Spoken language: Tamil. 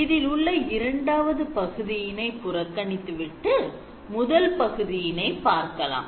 இதில் உள்ள இரண்டாவது பகுதியினை புறக்கணித்து விட்டு முதல் பகுதியினை பார்க்கலாம்